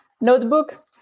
notebook